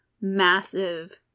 massive